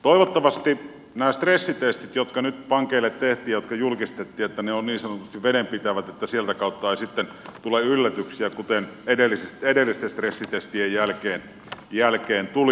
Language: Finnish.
toivottavasti nämä stressitestit jotka nyt pankeille tehtiin ja jotka julkistettiin ovat niin sanotusti vedenpitävät että sitä kautta ei sitten tule yllätyksiä kuten edellisten stressitestien jälkeen tuli